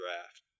draft